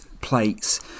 plates